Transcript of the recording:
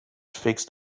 fixed